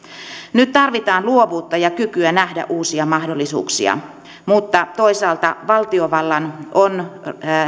nyt tarvitaan luovuutta ja kykyä nähdä uusia mahdollisuuksia mutta toisaalta valtiovallan on